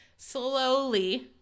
slowly